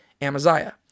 Amaziah